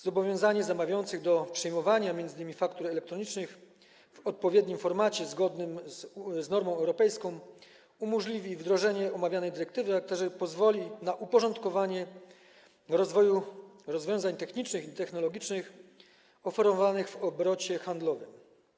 Zobowiązanie zamawiających do przyjmowania m.in. faktur elektronicznych w odpowiednim formacie, zgodnym z normą europejską, umożliwi wdrożenie omawianej dyrektywy, a także pozwoli na uporządkowanie rozwiązań technicznych i technologicznych oferowanych w obrocie handlowym.